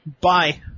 Bye